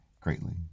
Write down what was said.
greatly